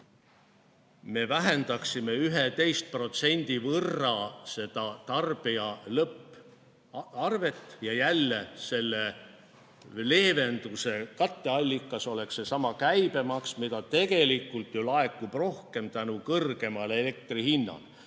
me vähendaksime 11% võrra tarbija lõpparvet. Ja selle leevenduse katteallikas oleks seesama käibemaks, mida tegelikult ju laekub rohkem tänu kõrgemale elektri hinnale.